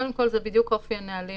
קודם כול, זה בדיוק אופי הנהלים